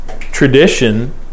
tradition